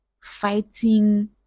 fighting